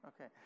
okay